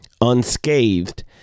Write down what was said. unscathed